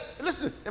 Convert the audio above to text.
listen